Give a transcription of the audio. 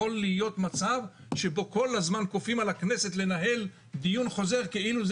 להיות מצב שבו כל הזמן כופים על הכנסת לנהל דיון חוזר כאילו זה